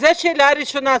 - זו שאלה ראשונה.